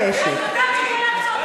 מה הקשר לשנת שירות?